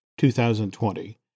2020